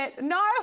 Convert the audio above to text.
No